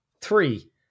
Three